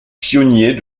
pionniers